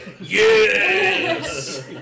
yes